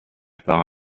par